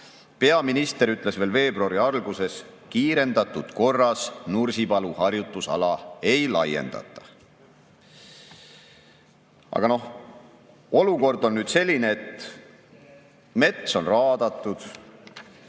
Peaminister ütles veel veebruari alguses: kiirendatud korras Nursipalu harjutusala ei laiendata. Aga olukord on nüüd selline, et mets on raadatud.